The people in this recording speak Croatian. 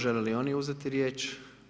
Žele li oni uzeti riječ?